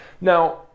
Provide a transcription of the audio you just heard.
Now